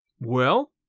Well